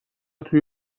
توی